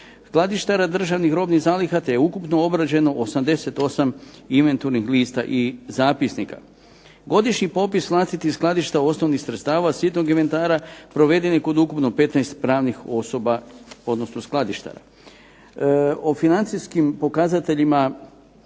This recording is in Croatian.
skladištara državnih robnih zaliha, te je ukupno obrađeno 88 inventurnih lista i zapisnika. Godišnji popis vlastitih skladišta osnovnih sredstava sitnog inventara proveden je kod ukupno 15 pravnih osoba, odnosno skladištara. O financijskim pokazateljima